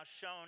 shown